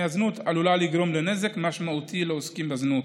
הזנות עלולה לגרום לנזק משמעותי לעוסקים בזנות,